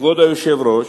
כבוד היושב-ראש: